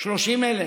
30,000,